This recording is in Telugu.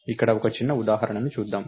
ఇక్కడ ఒక చిన్న ఉదాహరణ చూద్దాం